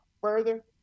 further